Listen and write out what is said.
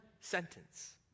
sentence